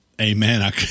Amen